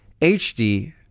hd